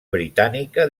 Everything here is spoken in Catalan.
britànica